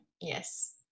yes